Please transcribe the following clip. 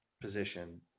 position